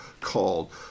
called